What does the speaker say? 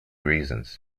reasons